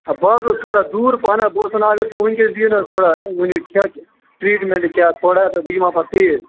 بہِ حَظ اوسُس تھوڑا دوٗرو پہنٛتھ بہٕ اوسُس وَنَان اگر تُہۍ وٕنکَٮ۪س دِیو نَا ٹریٖٹمینٹ کینٛہہ تھوڑا تہٕ بہٕ یِمہَا پتہٕ ژِیٖر